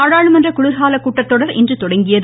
நாடாளுமன்ற குளிர்கால கூட்டத்தொடர் இன்று தொடங்கியது